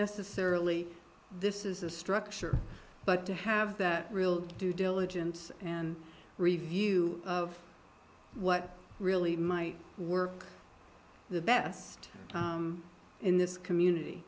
necessarily this is a structure but to have that real due diligence and review of what really my work the best in this community